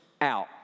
out